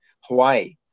hawaii